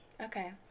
Okay